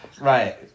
Right